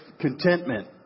contentment